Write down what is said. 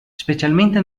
specialmente